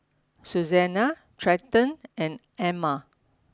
Susannah Trenton and Amma